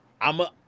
I'ma